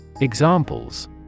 Examples